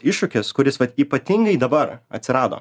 iššūkis kuris ypatingai dabar atsirado